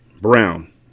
Brown